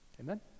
Amen